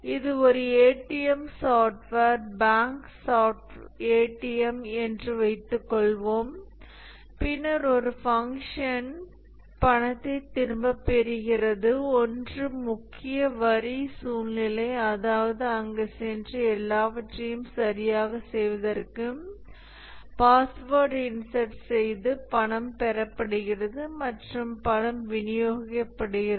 இது ஒரு ATM software bank ATM என்று வைத்துக் கொள்வோம் பின்னர் ஒரு ஃபங்க்ஷன் பணத்தை திரும்பப் பெறுகிறது ஒன்று முக்கிய வரி சூழ்நிலை அதாவது அங்கு சென்று எல்லாவற்றையும் சரியாகச் செய்வதற்கு பாஸ்வேர்டு இன்சர்ட் செய்து பணம் பெறப்படுகிறது மற்றும் பணம் விநியோகிக்கப்படுகிறது